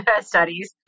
studies